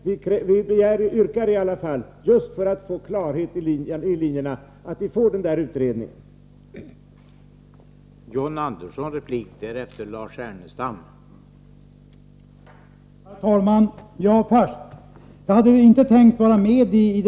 Vi begär dock, just för att få klarhet i linjerna, att få den där utredningen utförd.